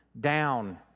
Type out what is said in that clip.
down